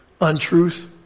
untruth